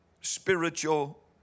spiritual